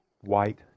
white